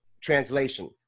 translation